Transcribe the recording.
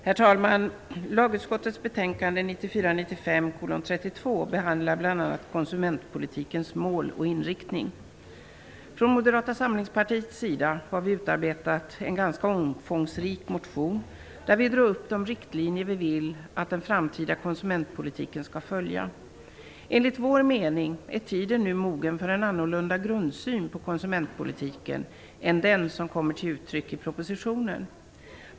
Herr talman! Lagutskottets betänkande Från Moderata samlingspartiets sida har vi utarbetat en ganska omfångsrik motion, där vi drar upp de riktlinjer vi vill att den framtida konsumentpolitiken skall följa. Enligt vår mening är tiden nu mogen för en annorlunda grundsyn på konsumentpolitiken än den som kommer till uttryck i propositionen.